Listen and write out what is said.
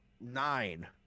Nine